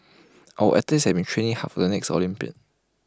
our athletes have been training hard for the next Olympics